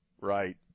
right